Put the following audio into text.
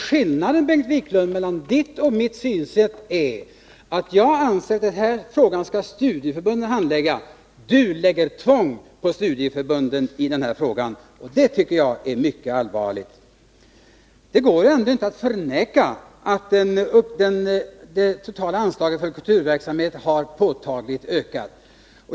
Skillnaden, Bengt Wiklund, mellan ditt och mitt synsätt är att jag anser att den här frågan skall studieförbunden handlägga, men du lägger tvång på studieförbunden, och det tycker jag är mycket allvarligt. Det går ändå inte att förneka att det totala anslaget för kulturverksamhet har påtagligt ökat.